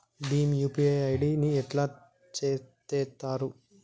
Bhim UPI ID ని ఎట్లా చేత్తరు?